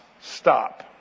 Stop